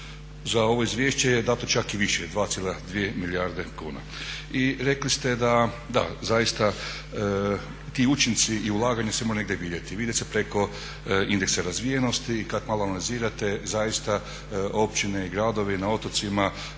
Za ovo izvješće je dato čak i više 2,2 milijarde kuna. I rekli ste da, da zaista ti učinci i ulaganja se moraju negdje vidjeti. Vide se preko indeksa razvijenosti i kad malo analizirate zaista općine i gradovi na otocima